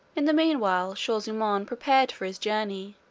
in the meanwhile, shaw-zummaun prepared for his journey,